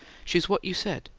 she's what you said,